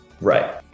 Right